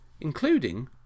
including